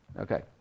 Okay